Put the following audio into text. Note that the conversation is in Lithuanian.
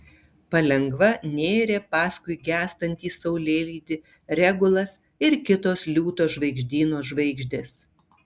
palengva nėrė paskui gęstantį saulėlydį regulas ir kitos liūto žvaigždyno žvaigždės